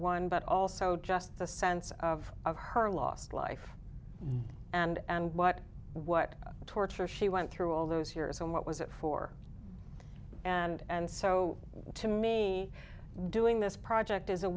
one but also just the sense of of her lost life and what what torture she went through all those years and what was it for and so to me doing this project is a